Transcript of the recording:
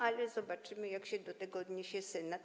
Ale zobaczymy, jak się do tego odniesie Senat.